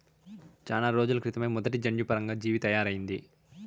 చానా రోజుల క్రితమే మొదటి జన్యుపరంగా జీవి తయారయింది